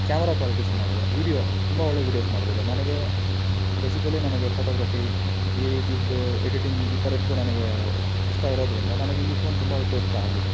camera quality ಚೆನ್ನಾಗಿದೆ video ತುಂಬ ಒಳ್ಳೆಯ ವೀಡಿಯೋಸ್ ಮಾಡ್ಬೋದು ನನಗೆ ಬೇಸಿಕಲಿ ನನಗೆ ಫೋಟೋಗ್ರಫಿ ಈ ರೀತಿಯದ್ದು ಎಡಿಟಿಂಗ್ ಈ ಥರದ್ದು ನನಗೆ ಇಷ್ಟ ಇರೋದರಿಂದ ನನಗೆ ಈ ಫೋನ್ ತುಂಬ ಉಪಯುಕ್ತ ಆಗಿದೆ